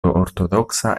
ortodoksa